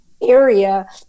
area